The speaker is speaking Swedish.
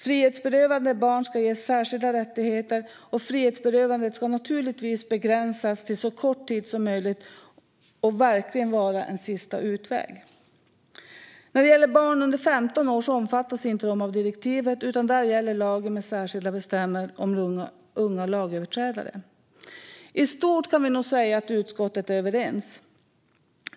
Frihetsberövade barn ska ges särskilda rättigheter, och frihetsberövandet ska naturligtvis begränsas till så kort tid som möjligt och verkligen vara en sista utväg. När det gäller barn under 15 år omfattas de inte av direktivet, utan där gäller lagen med särskilda bestämmelser om unga lagöverträdare. I stort kan vi nog säga att utskottet är överens.